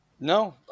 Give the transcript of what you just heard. No